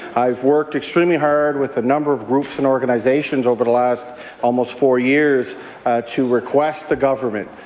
i've worked extremely hard with a number of groups and organizations over the last almost four years to request the government,